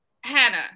Hannah